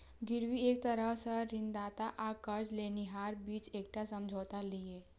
गिरवी एक तरह सं ऋणदाता आ कर्ज लेनिहारक बीच एकटा समझौता छियै